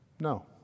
No